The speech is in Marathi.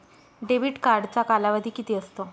डेबिट कार्डचा कालावधी किती असतो?